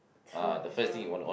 true also